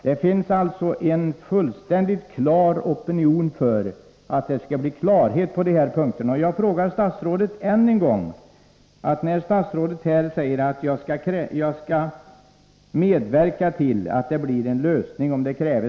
Det finns således en fullständigt klar opinion för att klarhet skall vinnas på dessa punkter. Statsrådet säger här att han skall medverka till en lösning, om det krävs.